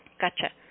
Gotcha